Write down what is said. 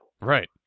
Right